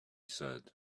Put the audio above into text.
said